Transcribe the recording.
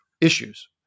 issues